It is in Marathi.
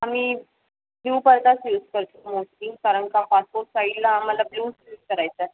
आम्ही ब्ल्यू पडदाच यूज करतो मोस्टली कारण का पासपोट साईडला आम्हाला ब्लूच यूज करायचा आहे